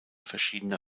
verschiedener